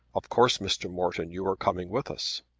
of course, mr. morton, you are coming with us.